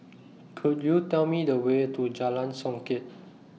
Could YOU Tell Me The Way to Jalan Songket